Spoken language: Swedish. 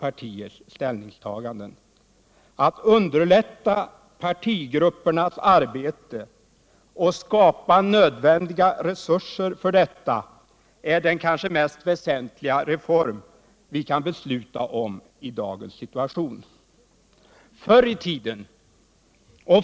Att underlätta partigruppernas arbete och skapa nödvändiga resurser för detta är den kanske mest väsentliga reform vi kan besluta om i dagens situation.